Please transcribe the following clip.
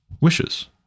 wishes